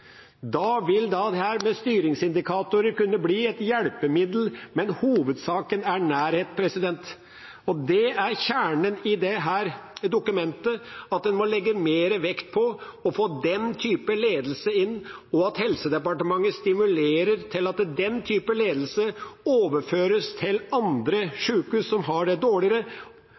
Da vil dette med styringsindikatorer kunne bli et hjelpemiddel, men hovedsaken er nærhet. Det er kjernen i dette dokumentet, at en må legge mer vekt på å få den typen ledelse inn, og at Helse- og omsorgsdepartementet stimulerer til at denne typen ledelse overføres til andre sykehus som har dårligere